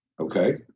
Okay